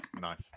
Nice